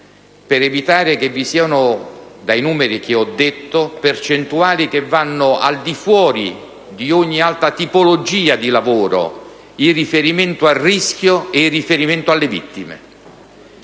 per evitare che vi siano, stando ai numeri che ho detto, percentuali che vanno al di sopra di ogni altra tipologia di lavoro, in riferimento al rischio e alle vittime.